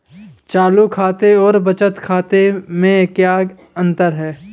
चालू खाते और बचत खाते में क्या अंतर है?